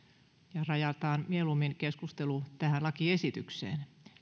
rajataan mieluummin keskustelu tähän lakiesitykseen